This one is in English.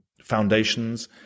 foundations